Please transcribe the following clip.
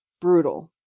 brutal